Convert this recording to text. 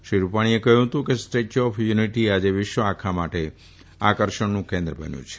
શ્રી રૂપાણીએ કહ્યું હતું કે સ્ટેચ્યુ ઓફ યુનિટી આજે વિશ્વ આખા માટે આકર્ષણનું કેન્દ્ર બન્યું છે